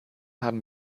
haben